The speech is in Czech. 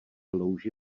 louži